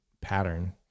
pattern